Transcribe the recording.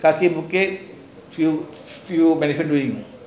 khaki bukit till till